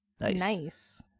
nice